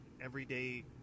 everyday